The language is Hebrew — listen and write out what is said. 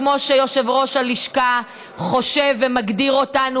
כמו שיושב-ראש הלשכה חושב ומגדיר אותנו,